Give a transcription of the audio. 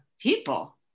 people